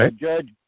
judge